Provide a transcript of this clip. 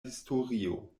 historio